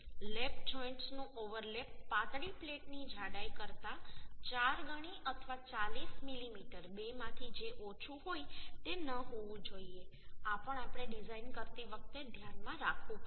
લેપ જોઈન્ટ્સનું ઓવરલેપ પાતળી પ્લેટની જાડાઈ કરતાં ચાર ગણી અથવા 40 મીમી બેમાંથી જે ઓછું હોય તે ન હોવું જોઈએ આ પણ આપણે ડિઝાઇન કરતી વખતે ધ્યાનમાં રાખવું પડશે